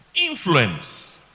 Influence